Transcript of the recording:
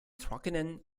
trockenen